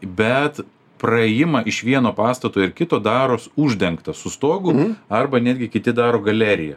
bet praėjimą iš vieno pastato ir kito daros uždengtą su stogu arba netgi kiti daro galeriją